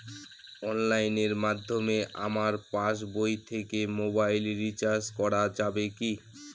অনলাইনের মাধ্যমে আমার পাসবই থেকে মোবাইল রিচার্জ করা যাবে কি?